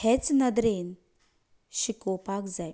हेच नदरेन शिकोवपाक जाय